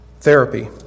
Therapy